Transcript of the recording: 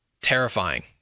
terrifying